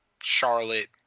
Charlotte